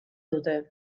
dute